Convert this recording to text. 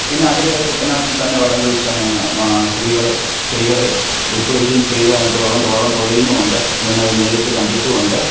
പിന്നെ അതിൽ കുട്ടനാട്ടില് തന്നെ വള്ളംകളിയില് തന്നെ സ്ത്രീകളെ സ്ത്രീകളെ ഉള്പ്പെടുപ്പിച്ചും സ്ത്രീകൾ അതിനകത്ത് വള്ളം വള്ളം തുഴയുന്നുമുണ്ട് ഞാനത് നേരിട്ട് കണ്ടിട്ടുമുണ്ട്